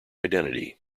identity